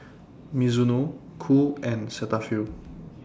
Mizuno Qoo and Cetaphil